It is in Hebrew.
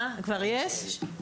כבר יש?